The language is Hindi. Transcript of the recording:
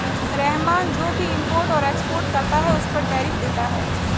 रहमान जो भी इम्पोर्ट और एक्सपोर्ट करता है उस पर टैरिफ देता है